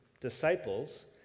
disciples